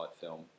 film